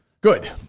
Good